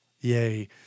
Yay